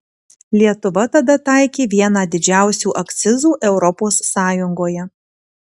lietuva tada taikė vieną didžiausių akcizų europos sąjungoje